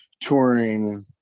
touring